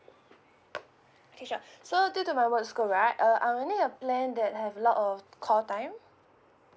okay sure so due to my work scope right uh I only have plan that have lot of call time